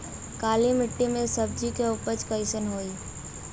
काली मिट्टी में सब्जी के उपज कइसन होई?